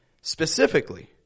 specifically